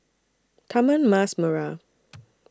Taman Mas Merah